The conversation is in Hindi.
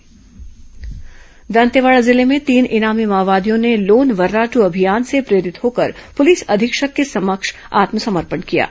माओवादी आत्मसमर्पण दंतेवाड़ा जिले में तीन इनामी माओवादियों ने लोन वर्रादू अभियान से प्रेरित होकर पुलिस अधीक्षक के समक्ष आत्मसमर्पण किया है